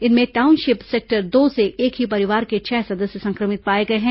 इनमें township sector दो से एक ही परिवार के छह सदस्य संक्रमित पाए गए हैं